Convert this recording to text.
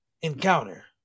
encounter